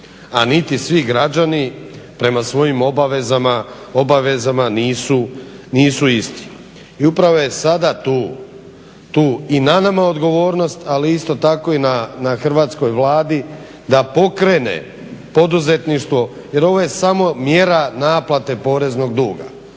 a niti svi građani prema svojim obavezama nisu isti. I upravo je sada tu i na nama odgovornost, ali isto tako i na hrvatskoj Vladi da pokrene poduzetništvo jer ovo je samo mjera naplate poreznog duga.